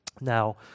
Now